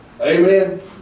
Amen